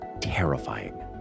terrifying